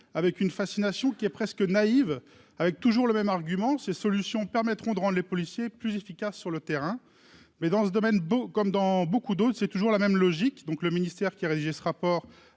avec une fascination qui est presque naïve, avec toujours le même argument ces solutions permettront devant les policiers, plus efficace sur le terrain, mais dans ce domaine, beau comme dans beaucoup d'autres, c'est toujours la même logique, donc, le ministère qui a rédigé ce rapport